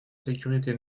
sécurité